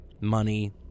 money